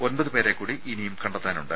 ഒമ്പത് പേരെക്കൂടി ഇനിയും കണ്ടെത്താനുണ്ട്